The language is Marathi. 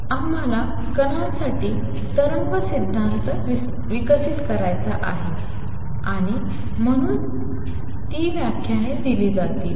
आम्हाला कणांसाठी तरंग सिद्धांत विकसित करायचा आहे आणि म्हणून ती व्याख्याने दिली जातील